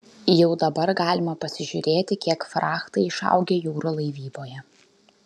jau dabar galima pasižiūrėti kiek frachtai išaugę jūrų laivyboje